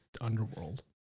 underworld